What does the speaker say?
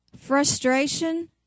Frustration